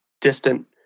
distant